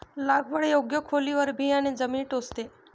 लागवड योग्य खोलीवर बियाणे जमिनीत टोचते